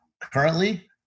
Currently